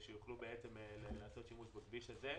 שיוכלו לעשות שימוש בכביש הזה.